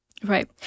Right